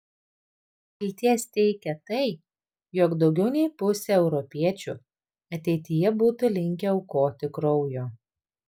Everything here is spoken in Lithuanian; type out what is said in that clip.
vilties teikia tai jog daugiau nei pusė europiečių ateityje būtų linkę aukoti kraujo